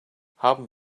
haben